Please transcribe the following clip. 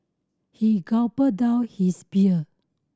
he gulped down his beer